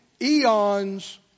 Eons